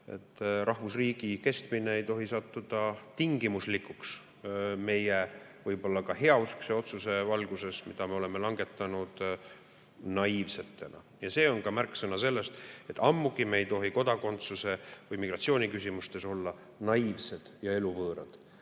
et rahvusriigi kestmine ei tohi sattuda tingimuslikuks meie võib-olla heauskse otsuse valguses, mida me oleme langetanud naiivsetena. See on märk sellest, et ammugi ei tohi me kodakondsus- ja migratsiooniküsimustes olla naiivsed ja eluvõõrad.